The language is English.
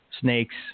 snakes